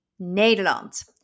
Nederland